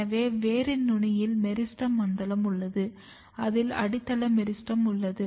எனவே வேரின் நுனியில் மெரிஸ்டெம் மண்டலம் உள்ளது அதில் அடித்தள மெரிஸ்டெம் உள்ளது